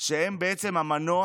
שהם בעצם המנוע